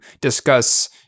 discuss